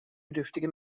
bedürftige